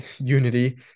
unity